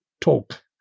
talk